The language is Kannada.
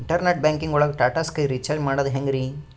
ಇಂಟರ್ನೆಟ್ ಬ್ಯಾಂಕಿಂಗ್ ಒಳಗ್ ಟಾಟಾ ಸ್ಕೈ ರೀಚಾರ್ಜ್ ಮಾಡದ್ ಹೆಂಗ್ರೀ?